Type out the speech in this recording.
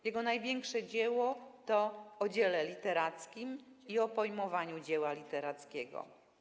Jego największe dzieła to „O dziele literackim” i „O poznawaniu dzieła literackiego”